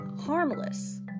harmless